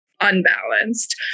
unbalanced